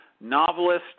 novelist